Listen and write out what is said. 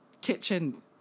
kitchen